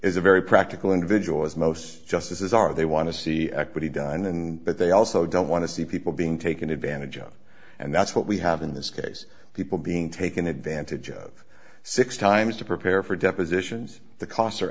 is a very practical individual as most justices are they want to see what he done and that they also don't want to see people being taken advantage of and that's what we have in this case people being taken advantage of six times to prepare for depositions the costs are